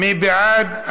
מי בעד?